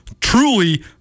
truly